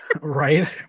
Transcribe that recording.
Right